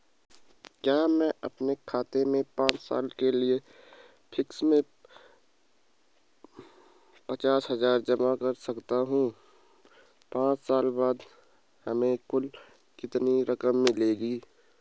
क्या मैं अपने खाते में पांच साल के लिए फिक्स में पचास हज़ार जमा कर सकता हूँ पांच साल बाद हमें कुल कितनी रकम मिलेगी?